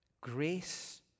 Grace